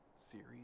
Series